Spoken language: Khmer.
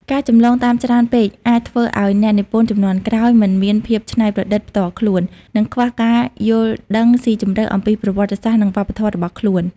ការចម្លងតាមច្រើនពេក អាចធ្វើឲ្យអ្នកនិពន្ធជំនាន់ក្រោយមិនមានភាពច្នៃប្រឌិតផ្ទាល់ខ្លួន និងខ្វះការយល់ដឹងស៊ីជម្រៅអំពីប្រវត្តិសាស្ត្រ និងវប្បធម៌របស់ខ្លួន។